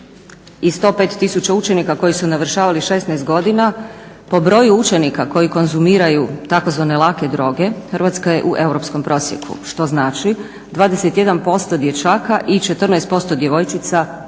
i 105 tisuća učenika koji su navršavali 16 godina po broju učenika koji konzumiraju tzv. "lake droge" Hrvatska je u europskom prosjeku. Što znači 21% dječaka i 14% djevojčica, dakle